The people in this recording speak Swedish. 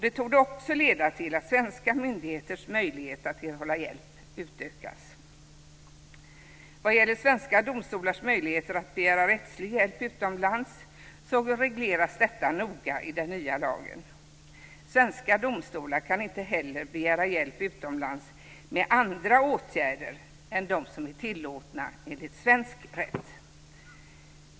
Det torde också leda till att svenska myndigheters möjligheter att erhålla hjälp utökas. Vad gäller svenska domstolars möjligheter att begära rättslig hjälp utomlands regleras detta noga i den nya lagen. Svenska domstolar kan inte heller begära hjälp utomlands med andra åtgärder än de som är tillåtna enligt svensk rätt.